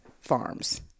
farms